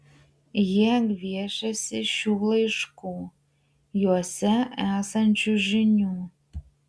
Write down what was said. jie gviešiasi šių laiškų juose esančių žinių